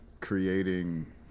creating